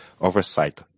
oversight